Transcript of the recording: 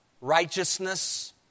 righteousness